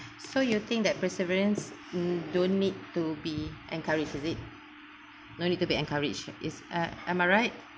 so you think that perseverance don't need to be encouraged is it no need to be encouraged is uh am I right